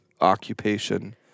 occupation